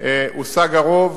הושג הרוב